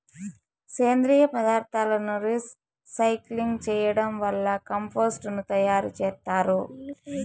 సేంద్రీయ పదార్థాలను రీసైక్లింగ్ చేయడం వల్ల కంపోస్టు ను తయారు చేత్తారు